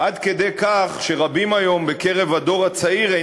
עד כדי כך שרבים היום בקרב הדור הצעיר אפילו